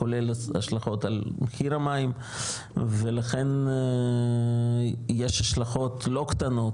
כולל השלכות על מחיר המים ולכן יש השלכות לא קטנות